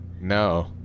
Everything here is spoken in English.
No